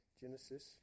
Genesis